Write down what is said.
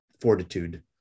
fortitude